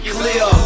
clear